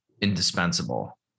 indispensable